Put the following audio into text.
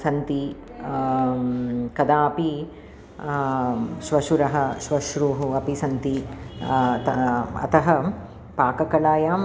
सन्ति कदापि श्वशुरः श्वश्रूः अपि सन्ति त अतः पाककलायाम्